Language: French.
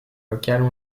locales